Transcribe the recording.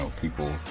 People